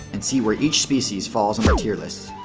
and see where each species falls on my tier list.